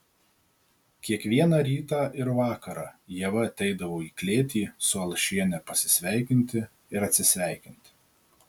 kiekvieną rytą ir vakarą ieva ateidavo į klėtį su alšiene pasisveikinti ir atsisveikinti